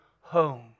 home